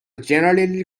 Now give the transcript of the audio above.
generally